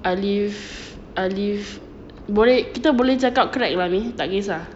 aliff aliff boleh kita boleh cakap crack lah umi tak kisah